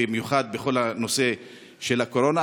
במיוחד בכל הנושא של הקורונה,